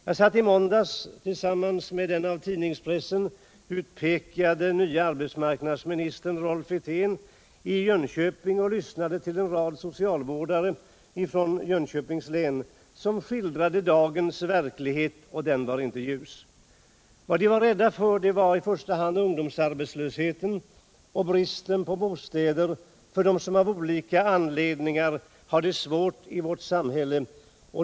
Jag satt i måndags tillsammans med den av pressen utpekade nye arbetsmarknadsministern Rolf Wirtén i Jönköping och lyssnade till en rad socialvårdare från Jönköpings län som skildrade dagens verklighet. Och den var inte ljus. Vad de var rädda för var i första hand ungdomsarbetslösheten och bristen på bostäder för dem som av olika anledningar har det svårt i vårt samhälle.